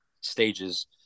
stages